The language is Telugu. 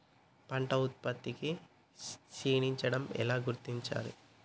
పంట ఉత్పత్తి క్షీణించడం ఎలా గుర్తించాలి?